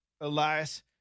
Elias